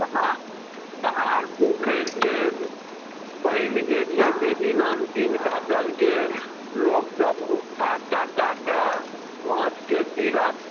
धार पोखरिके पानि जे छै से दिनानुदिन घटल गेल लोकसभ उपछा कय कय कऽ माछके जीरा